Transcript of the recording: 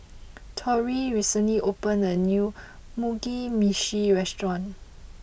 Torrie recently opened a new Mugi Meshi restaurant